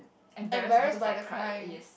embarrass because I cried yes